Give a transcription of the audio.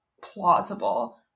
plausible